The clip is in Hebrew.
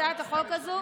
הצעת החוק הזו